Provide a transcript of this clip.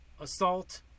assault